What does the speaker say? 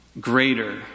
greater